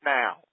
now